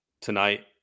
tonight